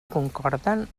concorden